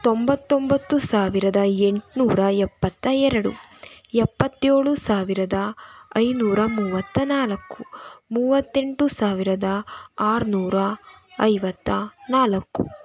ತೊಂಬತ್ತೊಂಬತ್ತು ಸಾವಿರದ ಎಂಟುನೂರ ಎಪ್ಪತ್ತ ಎರಡು ಎಪ್ಪತ್ತೇಳು ಸಾವಿರದ ಐನೂರ ಮೂವತ್ತ ನಾಲ್ಕು ಮೂವತ್ತೆಂಟು ಸಾವಿರದ ಆರುನೂರ ಐವತ್ತ ನಾಲ್ಕು